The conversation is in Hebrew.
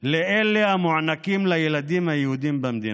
לאלה המוענקים לילדים היהודים במדינה.